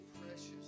precious